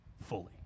fully